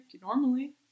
normally